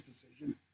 decision